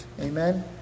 Amen